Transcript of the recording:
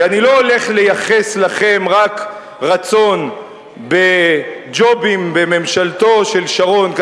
כי אני לא הולך לייחס לכם רק רצון בג'ובים בממשלתו של שרון,